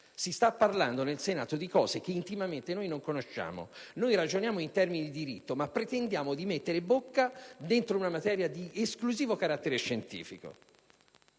Stiamo parlando di cose che intimamente non conosciamo: noi ragioniamo in termini di diritto, pretendendo di mettere bocca dentro una materia di esclusivo carattere scientifico.